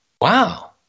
Wow